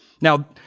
Now